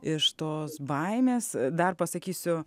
iš tos baimės dar pasakysiu